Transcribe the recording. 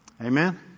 Amen